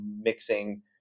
mixing